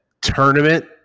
tournament